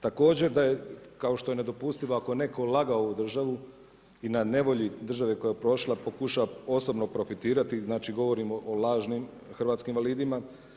Također, kao što je nedopustivo, ako je netko lagao ovu državu i na nevolji države koja je prošla pokušava posebno profitirati, znači govorimo o lažnim hrvatskim invalidima.